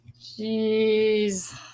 Jeez